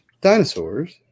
dinosaurs